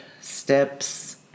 steps